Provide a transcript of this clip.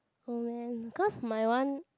oh man because my one